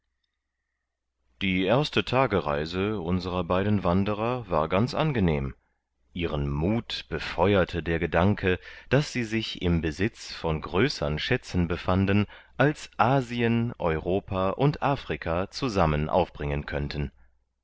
die erste tagereise unserer beiden wanderer war ganz angenehm ihren muth befeuerte der gedanke daß sie sich im besitz von größern schätzen befanden als asien europa und afrika zusammen aufbringen könnten